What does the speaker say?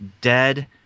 dead